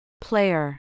Player